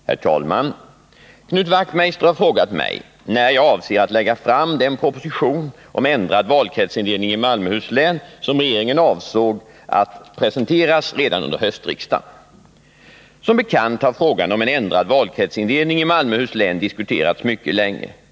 Herr talman! Knut Wachtmeister har frågat mig, när jag avser att lägga fram den proposition om ändrad valkretsindelning i Malmöhus län som regeringen avsåg att presentera redan under höstriksdagen. Som bekant har frågan om en ändrad valkretsindelning i Malmöhus län diskuterats mycket länge.